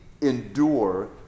endure